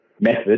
method